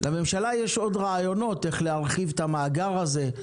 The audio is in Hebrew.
לממשלה יש עוד רעיונות איך להרחיב את המאגר הזה,